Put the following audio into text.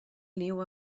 niu